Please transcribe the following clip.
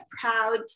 proud